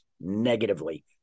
negatively